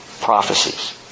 prophecies